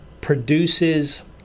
produces